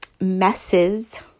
messes